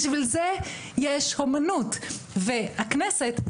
בשביל זה יש אמנות והכנסת,